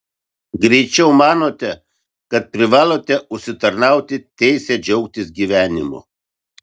greičiau manote kad privalote užsitarnauti teisę džiaugtis gyvenimu